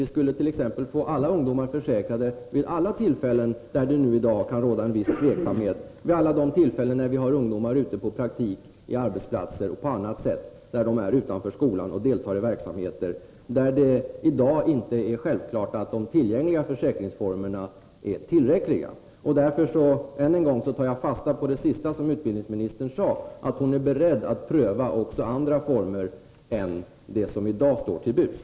Vi skulle t.ex. få alla ungdomar försäkrade vid alla tillfällen där det i dag kan råda viss tveksamhet, alla de tillfällen där vi har ungdomar ute i praktik på arbetsplatser och på annat sätt, där de utanför skolan deltar i verksamheter där det i dag inte är självklart att tillgängliga försäkringsformer är tillräckliga. Än en gång: Jag tar fasta på det sista som utbildningsministern sade, att hon är beredd att pröva också andra former än dem som i dag står till buds.